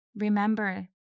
Remember